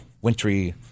Wintry